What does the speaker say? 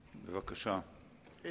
בבקשה,